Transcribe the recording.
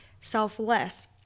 selfless